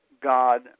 God